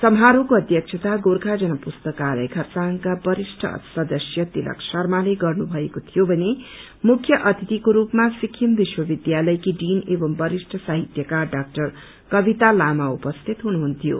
समारोहको अध्यक्षता गोर्खा जनपुस्तकालय खरसाङ्का वरिष्ट सदस्य तिलक शर्माले गर्नुभएको थियो भने मुख्य अतिथिको रूपमा सिक्किम विश्वविद्यालयकी डीन एवं वरिष्ठ साहित्यकार डाक्टर कविता लामा उपस्थित हुनुहुन्थ्यो